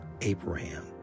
Abraham